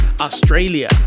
australia